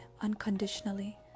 unconditionally